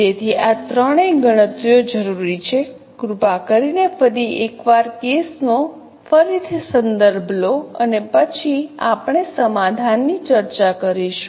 તેથી આ ત્રણેય ગણતરીઓ જરૂરી છે કૃપા કરીને ફરી એકવાર કેસ નો ફરીથી સંદર્ભ લો અને પછી આપણે સમાધાનની ચર્ચા કરીશું